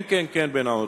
כן, כן, בין העותרים.